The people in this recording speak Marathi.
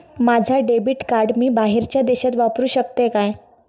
माझा डेबिट कार्ड मी बाहेरच्या देशात वापरू शकतय काय?